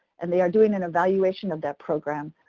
and they are doing an evaluation of that program,